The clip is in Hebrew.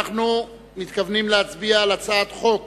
אנחנו מתכוונים להצביע על הצעת חוק